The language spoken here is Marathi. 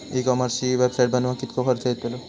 ई कॉमर्सची वेबसाईट बनवक किततो खर्च येतलो?